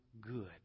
good